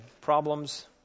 problems